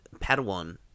Padawan